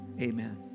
Amen